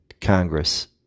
Congress